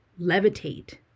levitate